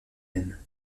même